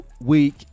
week